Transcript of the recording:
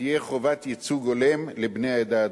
תהיה חובת ייצוג הולם לבני העדה הדרוזית.